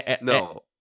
No